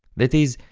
that is,